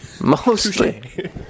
Mostly